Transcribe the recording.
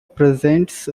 presents